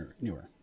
newer